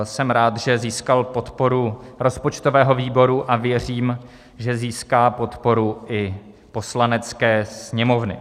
Jsem rád, že získal podporu rozpočtového výboru, a věřím, že získá podporu i Poslanecké sněmovny.